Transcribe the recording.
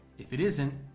if it isn't,